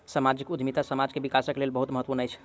सामाजिक उद्यमिता समाज के विकासक लेल बहुत महत्वपूर्ण अछि